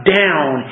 down